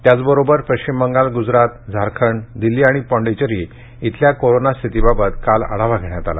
त्याचबरोबर पश्चिम बंगाल गुजरात झारखंड दिल्ली आणि पाँडेचेरी इथल्या कोरोना स्थितीबाबत काल आढावा घेण्यात आला